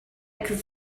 could